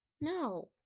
No